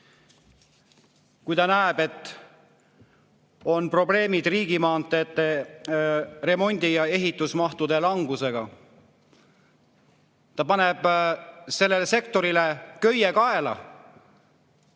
kui ta näeb, et on probleemid riigimaanteede remondi‑ ja ehitusmahtude languse tõttu? Ta paneb sellele sektorile köie kaela